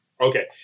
Okay